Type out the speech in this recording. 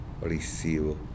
receive